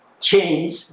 Change